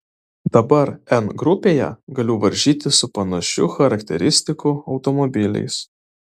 dabar n grupėje galiu varžytis su panašių charakteristikų automobiliais